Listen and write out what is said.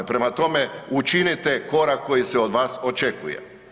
Prema tome, učinite korak koji se od vas očekuje.